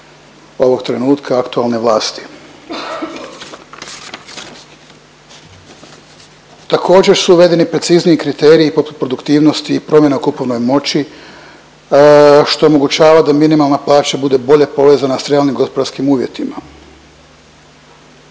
ovog trenutka aktualne vlasti. Također su uvedeni precizniji kriteriji poput produktivnosti i promjena u kupovnoj moći, što omogućava da minimalna plaća bude bolje povezana s realnim gospodarskim uvjetima.